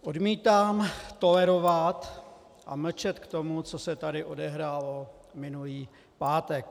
Odmítám tolerovat a mlčet k tomu, co se tady odehrálo minulý pátek.